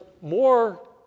more